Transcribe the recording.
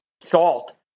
salt